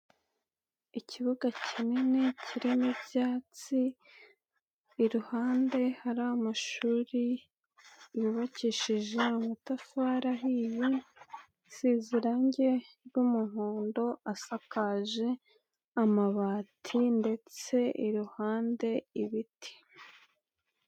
Ikibuga kinini kirimo ibyatsi iruhande hari amashuri yubakishije amatafari ahiye isize irange ry'umuhondo asakaje amabati ndetse iruhande ibiti.